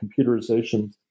computerization